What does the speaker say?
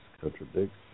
contradicts